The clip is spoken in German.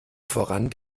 voran